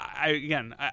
again